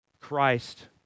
Christ